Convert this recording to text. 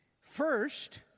First